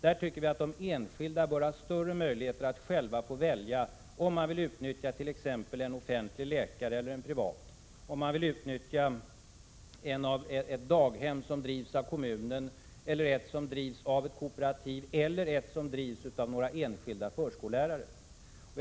Därför tycker vi att de enskilda bör ha större möjligheter att själva få välja om man vill utnyttjat.ex. en offentlig läkare eller en privat, om man vill utnyttja ett daghem som drivs av kommunen, ett som drivs av kooperativ eller ett som drivs av några enskilda förskollärare.